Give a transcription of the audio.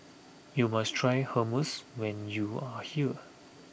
you must try Hummus when you are here